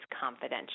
confidential